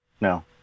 No